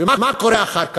ומה קורה אחר כך,